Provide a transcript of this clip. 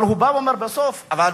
אבל הוא בא ואומר בסוף: אבל